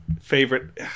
favorite